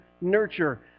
nurture